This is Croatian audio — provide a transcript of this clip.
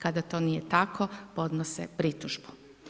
Kada to nije tako podnose pritužbu.